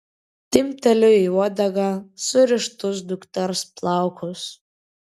timpteliu į uodegą surištus dukters plaukus